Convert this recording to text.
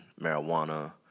marijuana